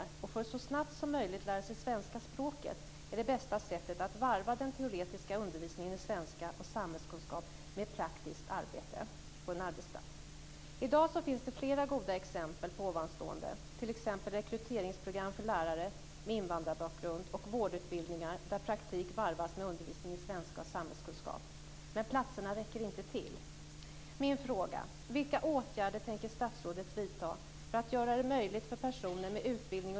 Det bästa sättet att så snabbt som möjligt lära sig svenska språket är att varva den teoretiska undervisningen i svenska och samhällskunskap med praktiskt arbete på en arbetsplats. I dag finns det flera goda exempel på ovanstående, t.ex. rekryteringsprogram för lärare med invandrarbakgrund och vårdutbildningar där praktik varvas med undervisning i svenska och samhällskunskap.